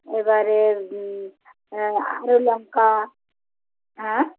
এবারে আরও লঙ্কা হ্যাঁ